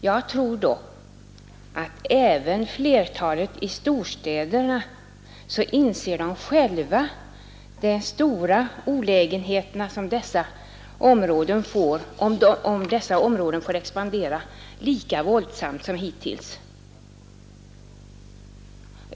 Jag tror dock att även de flesta i storstäderna själva inser de stora olägenheter som uppstår, om dessa områden får expandera lika våldsamt som hittills.